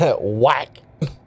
Whack